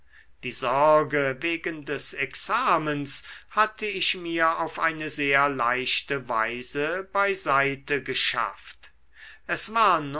die sorge wegen des examens hatte ich mir auf eine sehr leichte weise beiseitegeschafft es war